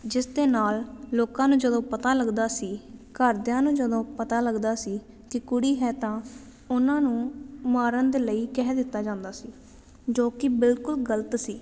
ਜਿਸ ਦੇ ਨਾਲ ਲੋਕਾਂ ਨੂੰ ਜਦੋਂ ਪਤਾ ਲੱਗਦਾ ਸੀ ਘਰਦਿਆਂ ਨੂੰ ਜਦੋਂ ਪਤਾ ਲੱਗਦਾ ਸੀ ਕਿ ਕੁੜੀ ਹੈ ਤਾਂ ਉਹਨਾਂ ਨੂੰ ਮਾਰਨ ਦੇ ਲਈ ਕਹਿ ਦਿੱਤਾ ਜਾਂਦਾ ਸੀ ਜੋ ਕਿ ਬਿਲਕੁਲ ਗਲਤ ਸੀ